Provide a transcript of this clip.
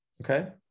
okay